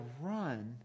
run